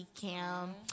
Cam